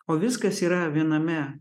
o viskas yra viename